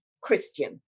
Christian